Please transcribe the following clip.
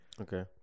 Okay